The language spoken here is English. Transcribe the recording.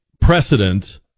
precedent